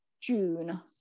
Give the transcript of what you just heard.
June